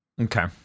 Okay